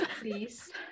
please